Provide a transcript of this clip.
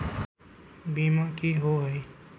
बीमा की होअ हई?